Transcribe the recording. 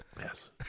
Yes